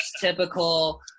typical